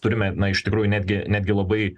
turime na iš tikrųjų netgi netgi labai